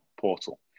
portal